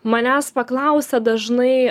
manęs paklausia dažnai